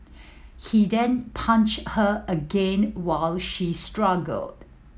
he then punched her again while she struggled